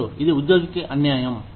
2 ఇది ఉద్యోగికి అన్యాయం